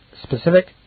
specific